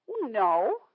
no